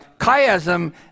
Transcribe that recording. Chiasm